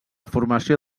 formació